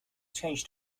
changed